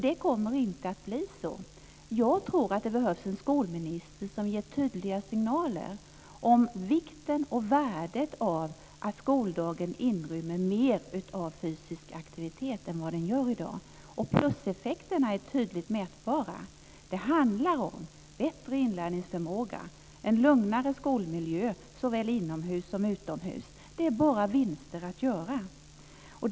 Det kommer inte att bli så. Jag tror att det behövs en skolminister som ger tydliga signaler om vikten och värdet av att skoldagen inrymmer mer av fysisk aktivitet än vad den gör i dag. Pluseffekterna är tydligt mätbara. Det handlar om bättre inlärningsförmåga, en lugnare skolmiljö såväl inomhus som utomhus. Det är bara vinster att göra.